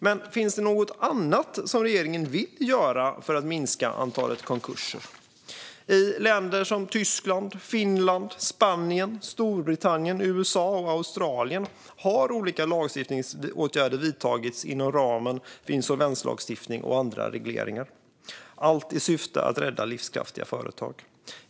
Men finns det något annat som regeringen vill göra för att minska antalet konkurser? I länder som Tyskland, Finland, Spanien, Storbritannien, USA och Australien har olika lagstiftningsåtgärder vidtagits inom ramen för insolvenslagstiftning och andra regleringar - allt i syfte att rädda livskraftiga företag.